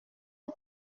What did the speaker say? est